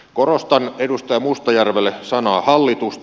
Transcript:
korostan edustaja mustajärvelle sanaa hallitusti